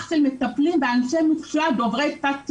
של מטפלים ואנשי מקצועי דוברי שפת סימנים.